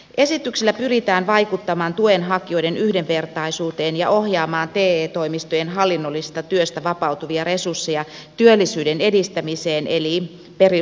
esityksellä pyritään vaikuttamaan tuen hakijoiden yhdenvertaisuuteen ja ohjaamaan te toimistojen hallinnollisesta työstä vapautuvia resursseja työllisyyden edistämiseen eli perustehtävään